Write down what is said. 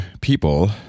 people